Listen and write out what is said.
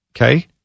Okay